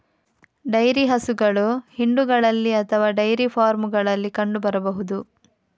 dairy ಹಸುಗಳು ಹಿಂಡುಗಳಲ್ಲಿ ಅಥವಾ ಡೈರಿ ಫಾರ್ಮುಗಳಲ್ಲಿ ಕಂಡು ಬರಬಹುದು